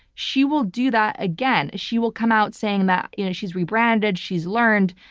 she will do that again. she will come out saying that you know she's rebranded, she's learned,